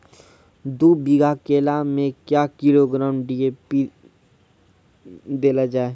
दू बीघा केला मैं क्या किलोग्राम डी.ए.पी देले जाय?